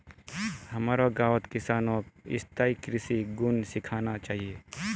हमारो गांउत किसानक स्थायी कृषिर गुन सीखना चाहिए